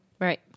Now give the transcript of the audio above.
right